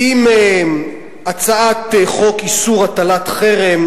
עם הצעת חוק איסור הטלת חרם,